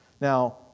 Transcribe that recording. now